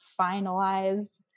finalized